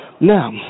Now